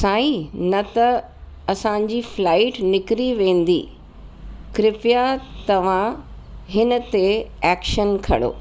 साईं न त असांजी फ्लाइट निकरी वेंदी कृपया तव्हां हिन ते एक्शन खणो